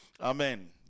Amen